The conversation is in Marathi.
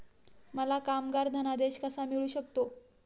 मला कामगार धनादेश कसा मिळू शकतो?